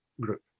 group